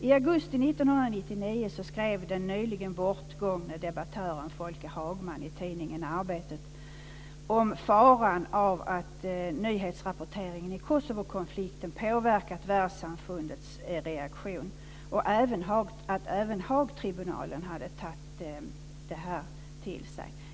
I augusti 1999 skrev den nyligen bortgångne debattören Folke Hagman i tidningen Arbetet om faran av att nyhetsrapporteringen i Kosovokonflikten påverkat världssamfundets reaktion och om att även Haagtribunalen hade tagit det här till sig.